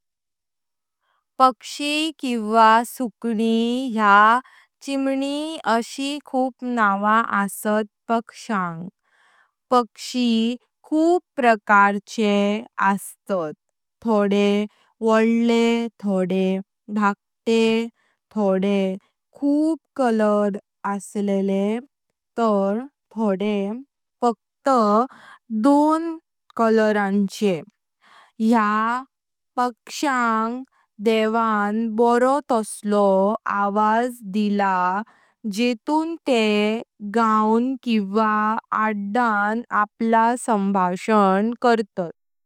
पक्षी किंवा सुकणी या चिमणी अशी खूप नांव असत पक्ष्यांग। पक्षी खूप प्रकारचे असतात थोडे (मोठे) आणि थोडे (लहान)। थोडे खूप (रंग) असलेले तर थोडे फक्त दोन (आणि)। या पक्ष्यांग देवाण बरो तस्लो आवाज दिला जेथून ते गाऊन किंवा आडडान आपला संभाषण करतात।